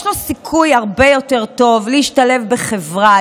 יש לו סיכוי הרבה יותר טוב להשתלב בחברה,